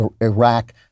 Iraq